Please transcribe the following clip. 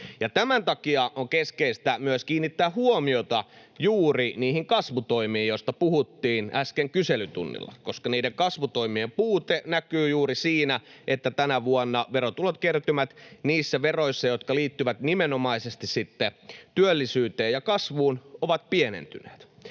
Tämän takia on keskeistä myös kiinnittää huomiota juuri niihin kasvutoimiin, joista puhuttiin äsken kyselytunnilla. Niiden kasvutoimien puute näkyy juuri siinä, että tänä vuonna verotulokertymät niissä veroissa, jotka liittyvät nimenomaisesti sitten työllisyyteen ja kasvuun, ovat pienentyneet.